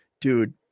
dude